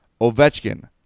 Ovechkin